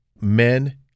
Men